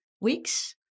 weeks